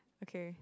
okay